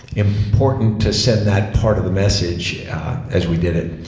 important to send that part of the message as we did it.